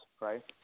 right